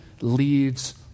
leads